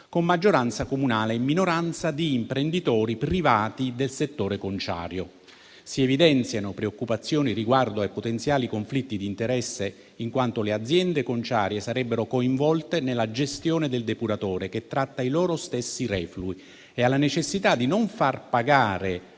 con maggioranza comunale e minoranza di imprenditori privati del settore conciario. Si evidenziano preoccupazioni riguardo ai potenziali conflitti di interesse, in quanto le aziende conciarie sarebbero coinvolte nella gestione del depuratore che tratta i loro stessi reflui, e alla necessità di non far pagare